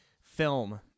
film